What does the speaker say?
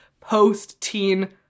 post-teen